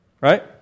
Right